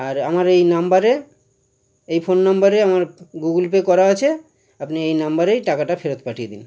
আর আমার এই নাম্বারে এই ফোন নাম্বারে আমার গুগুল পে করা আছে আপনি এই নাম্বারেই টাকাটা ফেরত পাঠিয়ে দিন